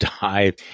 dive